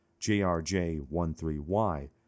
JRJ13Y